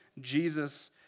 Jesus